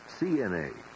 CNA